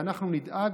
ואנחנו נדאג,